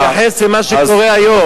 אני מתייחס למה שקורה היום.